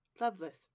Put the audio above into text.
Loveless